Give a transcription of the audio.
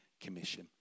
commission